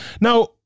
Now